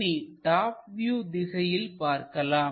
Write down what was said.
இனி top view திசையில் பார்க்கலாம்